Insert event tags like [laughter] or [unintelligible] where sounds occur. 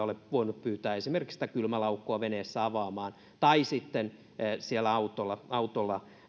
[unintelligible] ole voinut pyytää esimerkiksi sitä kylmälaukkua veneessä avaamaan tai sitten siellä autolla autolla